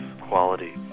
quality